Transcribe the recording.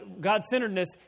God-centeredness